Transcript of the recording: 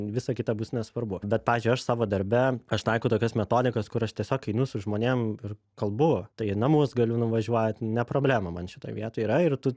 visa kita bus nesvarbu bet pavyzdžiui aš savo darbe aš taikau tokias metodikas kur aš tiesiog einu su žmonėm ir kalbu tai į namus galiu nuvažiuot ne problema man šitoj vietoj yra ir tu